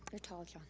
you're taller. ah